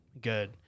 good